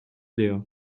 leer